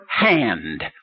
hand